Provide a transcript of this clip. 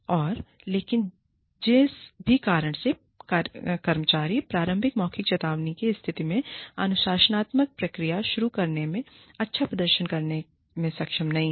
और लेकिन जिस भी कारण से कर्मचारी प्रारंभिक मौखिक चेतावनी की स्थिति में अनुशासनात्मक प्रक्रिया शुरू करने में अच्छा प्रदर्शन करने में सक्षम नहीं है